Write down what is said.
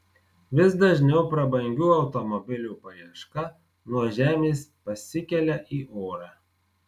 vis dažniau prabangių automobilių paieška nuo žemės pasikelia į orą